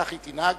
כך היא תנהג